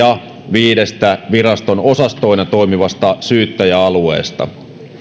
viidestä viraston osastoina toimivasta syyttäjäalueesta